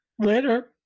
Later